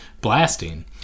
blasting